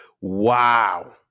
Wow